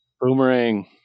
boomerang